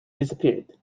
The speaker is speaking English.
disappeared